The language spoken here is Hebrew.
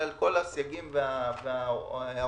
על כל הסייגים וההערות.